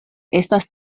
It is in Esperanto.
estas